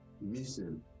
missing